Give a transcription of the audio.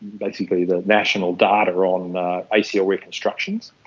basically the national data on acl reconstructions,